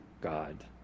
God